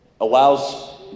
allows